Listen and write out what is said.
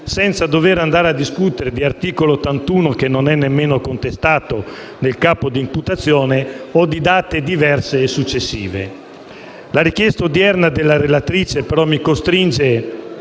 senza dover andare a discutere di articolo 81, che non è nemmeno contestato nel capo di imputazione o di date diverse e successive. La richiesta odierna della relatrice però mi costringe